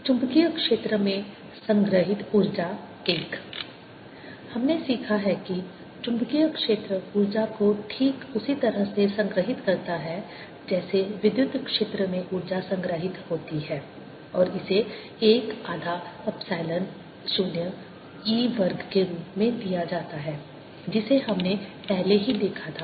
चुंबकीय क्षेत्र में संग्रहीत ऊर्जा I हमने सीखा है कि चुंबकीय क्षेत्र ऊर्जा को ठीक उसी तरह से संग्रहीत करता है जैसे विद्युत क्षेत्र में ऊर्जा संग्रहीत होती है और इसे 1 आधा एप्सिलॉन 0 E वर्ग के रूप में दिया जाता है जिसे हमने पहले ही देखा था